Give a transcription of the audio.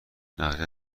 نقشت